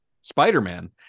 spider-man